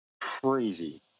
crazy